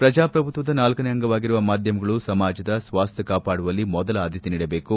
ಪ್ರಜಾಪ್ರಭುತ್ವದ ನಾಲ್ಕನೇ ಅಂಗವಾಗಿರುವ ಮಾಧ್ಯಮಗಳು ಸಮಾಜದ ಸ್ವಾಸ್ಥ್ಯ ಕಾಪಾಡುವಲ್ಲಿ ಮೊದಲ ಆದ್ಯತೆ ನೀಡಬೇಕು